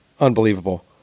unbelievable